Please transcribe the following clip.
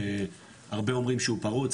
הרבה אומרים שהוא פרוץ,